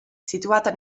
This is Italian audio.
situata